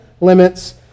limits